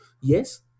yes